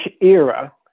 era